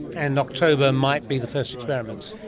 and october might be the first experiments?